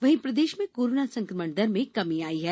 वहीं प्रदेश में कोरोना संक्रमण दर में कमी आई है